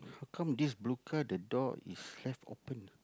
how come this blue car the door is left open ah